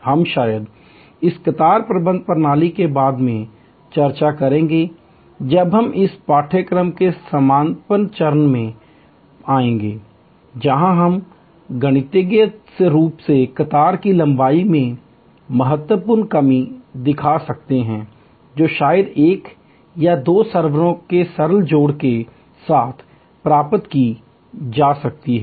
हम शायद इसी कतार प्रबंधन प्रणाली पर बाद में चर्चा करेंगे जब हम इस पाठ्यक्रम के समापन चरण में आएँगे जहां हम गणितीय रूप से कतार की लंबाई में महत्वपूर्ण कमी दिखा सकते हैं जो शायद एक या दो सर्वरों के सरल जोड़ के साथ प्राप्त की जा सकती है